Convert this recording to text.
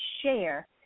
share